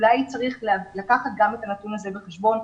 אולי צריך לקחת גם את הנתון הזה בחשבון.